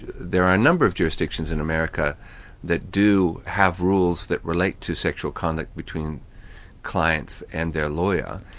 there are a number of jurisdictions in america that do have rules that relate to sexual conduct between clients and their lawyer,